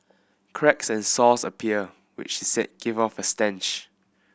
cracks and sores appear which she said give off a stench